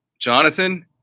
Jonathan